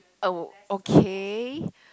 oh okay